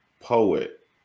poet